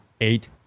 eight